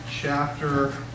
chapter